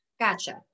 Gotcha